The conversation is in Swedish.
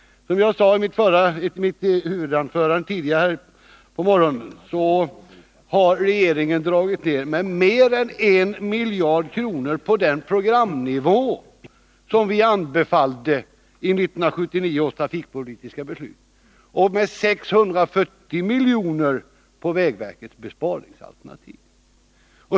Som jag sade i mitt huvudanförande här tidigare på morgonen har regeringen gjort neddragningar med mer än en miljard kronor från den programnivå som vi anbefallde i 1979 års trafikpolitiska beslut och med 640 milj.kr. från vägverkets besparingsalternativ.